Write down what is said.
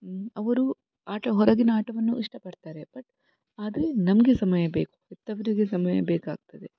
ಅವರು ಆಟ ಹೊರಗಿನ ಆಟವನ್ನು ಇಷ್ಟಪಡ್ತಾರೆ ಬಟ್ ಆದರೆ ನಮಗೆ ಸಮಯ ಬೇಕು ಹೆತ್ತವರಿಗೆ ಸಮಯ ಬೇಕಾಗ್ತದೆ